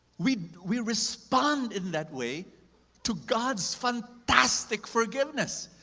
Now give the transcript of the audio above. we we respond in that way to god's fantastic forgiveness.